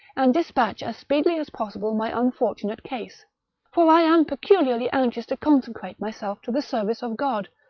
and despatch as speedily as possible my unfortunate case for i am peculiarly anxious to consecrate myself to the service of god,